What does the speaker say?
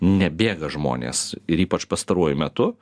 nebėga žmonės ir ypač pastaruoju metu